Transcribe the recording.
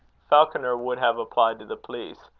falconer would have applied to the police,